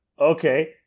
okay